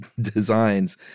designs